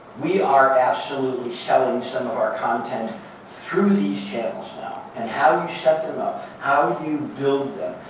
we are absolutely selling some of our content through these channels now. and how you set them up, how you build